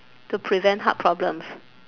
to prevent heart problems